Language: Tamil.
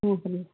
ம் சொல்லுங்க